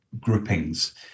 groupings